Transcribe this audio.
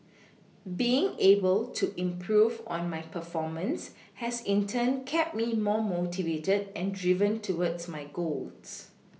being able to improve on my performance has in turn kept me more motivated and driven towards my goals